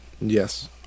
Yes